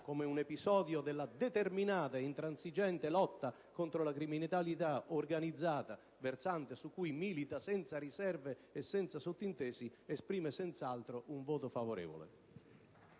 come episodio della determinata ed intransigente lotta contro la criminalità organizzata - versante su cui militiamo senza riserve e senza sottintesi - annuncio senz'altro il voto favorevole